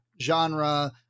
genre